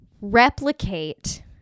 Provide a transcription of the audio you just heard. replicate